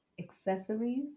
accessories